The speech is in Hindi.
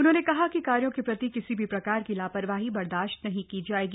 उन्होंने कहा कि कार्यों के प्रति किसी भी प्रकार की लापरवाही बर्दाश्त नहीं की जायेगी